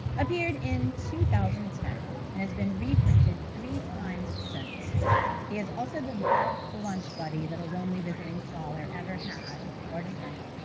appeared in two thousand and ten and has been reprinted three times since. he is also the best lunch buddy that a lonely visiting scholar ever had. gordon turnbull.